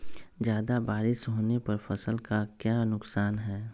ज्यादा बारिस होने पर फसल का क्या नुकसान है?